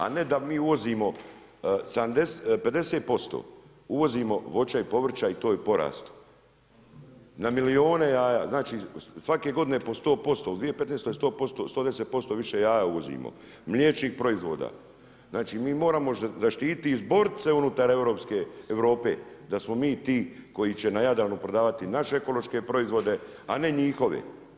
A ne da mi uvozimo 50% voća i povrća i to je porast, na milijune jaja, znači svake godine po 100% u 2015. 110% više jaja uvozimo, mliječnih proizvoda. znači mi moramo zaštiti i izboriti se unutar Europe da smo mi ti koji ćemo na Jadranu prodavati naše ekološke proizvode, a ne njihove.